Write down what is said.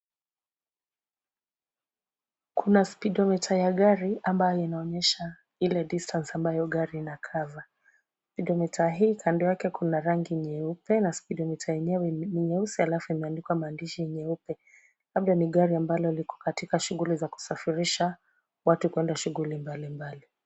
Kuna speedometer ya gari ambayo inaonyesha ile distance ambayo gari inacover . Speedometer hii kando yake kuna rangi nyeupe na speedometer yenyewe ni nyeusi halafu imeandikwa maandishi nyeupe. Labda ni gari ambalo liko katika shughuli za kusafirisha watu kwenda shughuli mbalimbali.